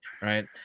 right